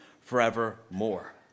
forevermore